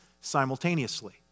simultaneously